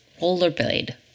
Rollerblade